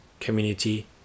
community